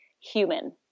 human